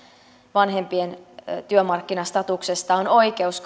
vanhempien työmarkkina statuksesta on oikeus